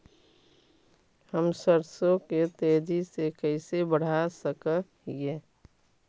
हम सरसों के तेजी से कैसे बढ़ा सक हिय?